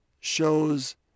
shows